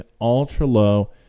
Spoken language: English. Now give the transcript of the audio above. ultra-low